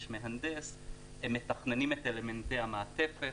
יש מהנדס והם מתכננים את אלמנטי המעטפת.